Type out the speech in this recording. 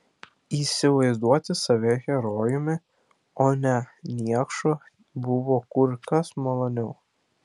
įsivaizduoti save herojumi o ne niekšu buvo kur kas maloniau